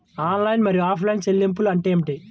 Online మరియు offline చెల్లింపులు అంటే ఏమిటి?